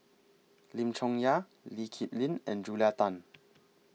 Lim Chong Yah Lee Kip Lin and Julia Tan